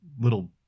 little